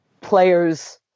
players